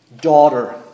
daughter